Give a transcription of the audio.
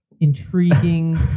intriguing